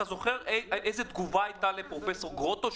אתה זוכר איזה תגובה הייתה לפרופ' גרוטו,